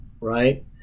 right